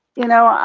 you know,